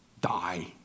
die